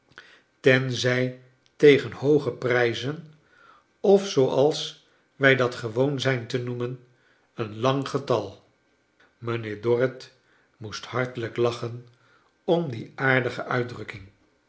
tenzij tegen hooge prijzen of zooals iwij dat gewoon zijn te noemen een lang getal mijnheer dorrit moest hartelijk lachen om die aardige uitdrukking